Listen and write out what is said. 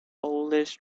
oldest